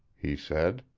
he said.